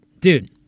dude